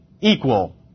equal